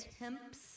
attempts